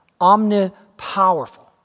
omnipowerful